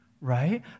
right